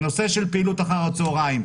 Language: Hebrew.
נושא של פעילות אחר הצהריים,